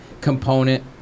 component